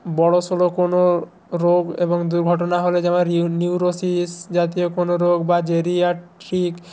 বড় সড় কোনও রোগ এবং দুর্ঘটনা হলে যেমন নিউরোসিস জাতীয় কোনও রোগ বা জেরিয়াট্রিক